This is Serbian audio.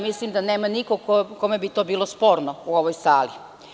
Mislim da nema nikog kome bi to bilo sporno u ovoj sali.